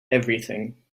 everything